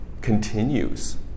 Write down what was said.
continues